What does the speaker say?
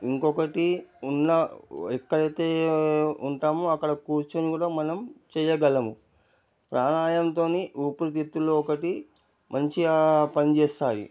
ఇంకొకటి ఉన్న ఎక్కడైతే ఉంటామో అక్కడ కూర్చోని కూడా మనం చేయగలము ప్రాణాయంతో ఊపిరితిత్తులో ఒకటి మంచిగా పని చేస్తాయి